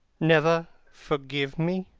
never forgive me?